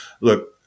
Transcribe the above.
Look